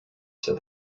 said